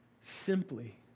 simply